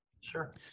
Sure